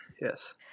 Yes